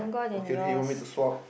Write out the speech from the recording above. okay okay you want me to swap